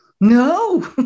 No